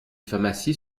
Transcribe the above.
pharmacies